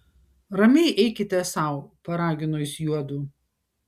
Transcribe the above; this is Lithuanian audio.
ramiai eikite sau paragino jis juodu